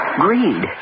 Greed